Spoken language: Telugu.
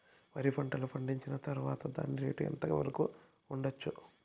వరి పంటలు పండించిన తర్వాత దాని రేటు ఎంత వరకు ఉండచ్చు